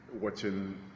watching